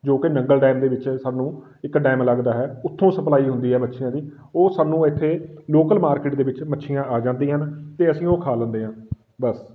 ਜੋ ਕਿ ਨੰਗਲ ਡੈਮ ਦੇ ਵਿੱਚ ਸਾਨੂੰ ਇੱਕ ਡੈਮ ਲੱਗਦਾ ਹੈ ਉੱਥੋਂ ਸਪਲਾਈ ਹੁੰਦੀ ਹੈ ਮੱਛੀਆਂ ਦੀ ਉਹ ਸਾਨੂੰ ਇੱਥੇ ਲੋਕਲ ਮਾਰਕੀਟ ਦੇ ਵਿੱਚ ਮੱਛੀਆਂ ਆ ਜਾਂਦੀਆਂ ਹਨ ਅਤੇ ਅਸੀਂ ਉਹ ਖਾ ਲੈਂਦੇ ਹਾਂ ਬਸ